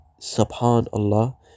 Subhanallah